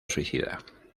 suicida